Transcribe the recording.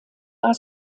war